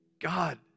God